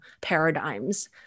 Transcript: paradigms